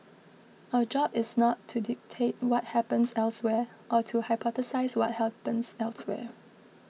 our job is not to dictate what happens elsewhere or to hypothesise what happens elsewhere